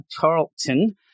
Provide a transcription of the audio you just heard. Tarleton